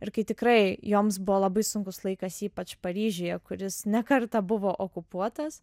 ir kai tikrai joms buvo labai sunkus laikas ypač paryžiuje kuris ne kartą buvo okupuotas